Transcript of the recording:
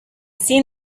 seen